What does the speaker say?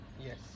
Yes